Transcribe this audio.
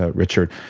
ah richard.